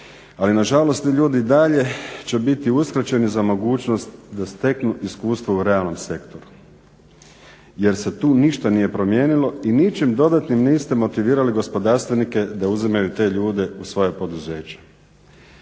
ali nažalost ti ljudi i dalje će biti uskraćeni za mogućnost da steknu mogućnost da steknu iskustvo u realnom sektoru jer se tu ništa nije promijenilo i ničim dodatnim niste motivirali gospodarstvenike da uzimaju te ljude u svoja poduzeća.